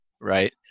right